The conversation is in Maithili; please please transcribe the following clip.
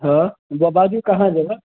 हँ ई जऽ बाजू काहाँ जेबै